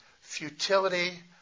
futility